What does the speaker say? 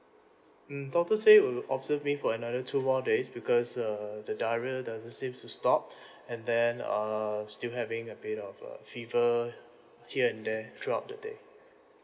mm doctor say he will observe me for another two more days because err the diarrhoea doesn't seem to stop and then err still having a bit of uh fever here and there throughout the day